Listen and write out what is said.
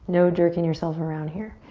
no jerking yourself around here,